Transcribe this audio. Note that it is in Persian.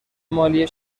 مالی